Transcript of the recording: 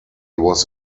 was